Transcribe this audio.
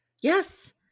Yes